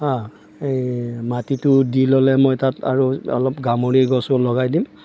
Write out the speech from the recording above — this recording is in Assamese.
হাঁ এই মাটিটো দি ল'লে মই তাত আৰু অলপ গামৰি গছো লগাই দিম